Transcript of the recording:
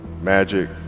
Magic